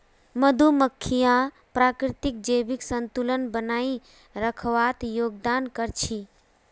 मधुमक्खियां प्रकृतित जैविक संतुलन बनइ रखवात योगदान कर छि